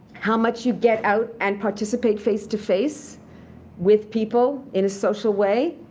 how much you get out and participate face-to-face with people in a social way.